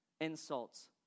insults